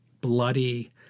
bloody